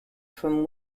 from